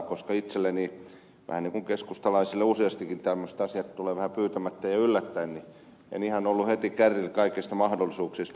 kun itselleni vähän niin kuin keskustalaisille useastikin tämmöiset asiat tulevat vähän pyytämättä ja yllättäen niin en ihan ollut heti kärryillä kaikista mahdollisuuksista